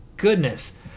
goodness